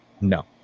No